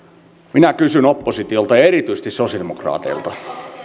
minä kysyn oppositiolta erityisesti sosiaalidemokraateilta